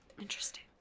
interesting